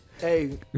Hey